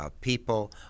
People